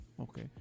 Okay